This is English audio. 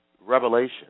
Revelation